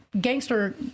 gangster